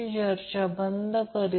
आणि पॉवर 8 22